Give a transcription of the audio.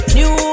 New